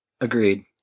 Agreed